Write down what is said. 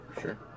Sure